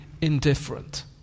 indifferent